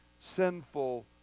sinful